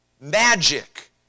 magic